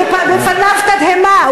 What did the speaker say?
ובפניו תדהמה,